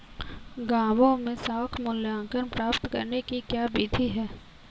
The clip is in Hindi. गाँवों में साख मूल्यांकन प्राप्त करने की क्या विधि है?